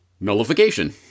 nullification